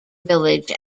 village